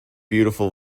beautiful